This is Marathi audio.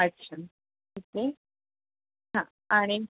अच्छा ओके हां आणि